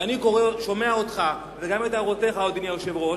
ואני שומע אותך, וגם את הערותיך, אדוני היושב-ראש,